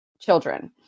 Children